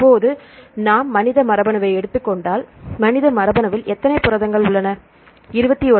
தற்போது நாம் மனித மரபணுவை எடுத்துக் கொண்டால் மனித மரபணுவில் எத்தனை புரதங்கள் உள்ளன எத்தனை புரதங்கள் உள்ளன